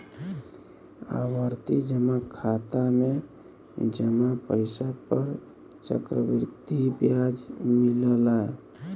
आवर्ती जमा खाता में जमा पइसा पर चक्रवृद्धि ब्याज मिलला